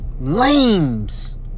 Lames